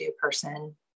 person